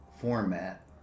format